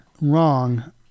wrong